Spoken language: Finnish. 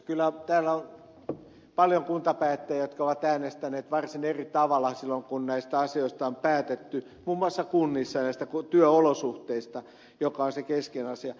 kyllä täällä on paljon kuntapäättäjiä jotka ovat äänestäneet varsin eri tavalla silloin kun on päätetty muun muassa kunnissa näistä työolosuhteista joka on se keskeinen asia